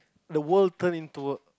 the world turn into a